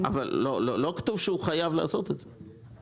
אבל לא כתוב שהוא חייב לעשות את זה.